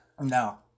No